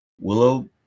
willow